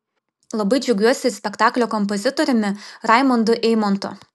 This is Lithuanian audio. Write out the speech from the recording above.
labai džiaugiuosi ir spektaklio kompozitoriumi raimundu eimontu